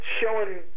showing